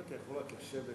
אם אתה יכול לשבת,